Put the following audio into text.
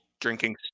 drinking